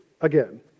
again